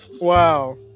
wow